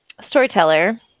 Storyteller